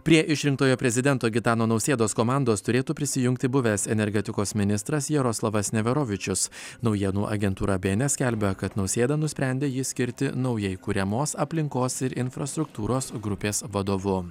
prie išrinktojo prezidento gitano nausėdos komandos turėtų prisijungti buvęs energetikos ministras jaroslavas neverovičius naujienų agentūra bns skelbia kad nausėda nusprendė jį skirti naujai kuriamos aplinkos ir infrastruktūros grupės vadovu